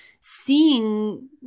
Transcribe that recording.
seeing –